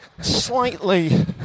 slightly